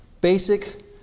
basic